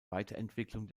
weiterentwicklung